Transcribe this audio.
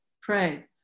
pray